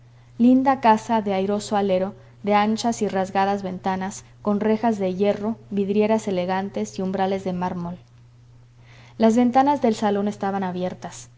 linda casa de airoso alero de anchas y rasgadas ventanas con rejas de hierro vidrieras elegantes y umbrales de mármol las ventanas del salón estaban abiertas